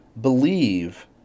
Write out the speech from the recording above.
believe